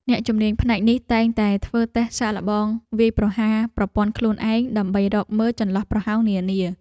អ្នកជំនាញផ្នែកនេះតែងតែធ្វើតេស្តសាកល្បងវាយប្រហារប្រព័ន្ធខ្លួនឯង ដើម្បីរកមើលចន្លោះប្រហោងនានា។